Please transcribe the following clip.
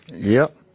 yep.